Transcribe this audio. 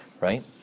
Right